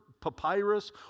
papyrus